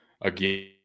again